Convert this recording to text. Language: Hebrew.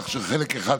כך שחלק אחד,